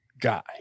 guy